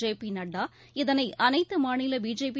JP Nadda இதனைஅனைத்துமாநில BJP